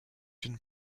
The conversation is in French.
une